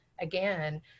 again